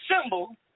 symbol